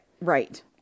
right